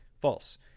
false